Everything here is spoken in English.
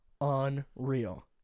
unreal